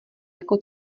jako